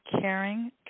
caring